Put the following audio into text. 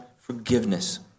forgiveness